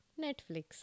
Netflix